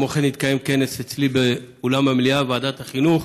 כמו כן התקיים כנס אצלי באולם המליאה בוועדת החינוך.